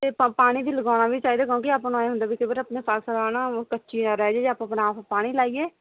ਇਹ ਪਾਣੀ ਚ ਲਗਾਉਣਾ ਵੀ ਚਾਹੀਦਾ ਕਿਉਂਕਿ ਆਪਾਂ ਨੂੰ ਐਂ ਹੁੰਦਾ ਵੀ ਕਈ ਵਾਰ ਆਪਣੀ ਫਸਲ ਹਨਾ ਕੱਚੀ ਨਾ ਰਹਿ ਜਾਂ ਆਪਾ ਪਾਣੀ ਲਾਈਏ